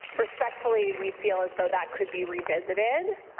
respectfully we feel as though that could be revisited.